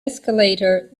escalator